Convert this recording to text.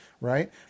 right